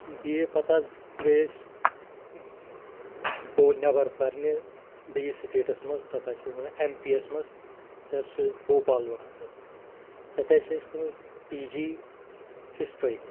B A پَتہٕ حظ گٔیے أسۍ بو نٮ۪بَر پَرنہِ بیٚیِس سٹیٹَس منٛز تَتھ حظ چھِ وَنان ایم پی یَس منٛز تَتہِ حظ چھِ بھوپال وَنان تَتھ تَتہِ حظ چھِ اَسہِ کٔرمُت پی جی ہِسٹِرٛی